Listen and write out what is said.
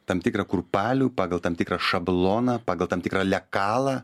tam tikrą kurpalių pagal tam tikrą šabloną pagal tam tikrą lekalą